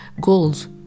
goals